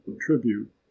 tribute